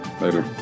Later